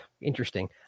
Interesting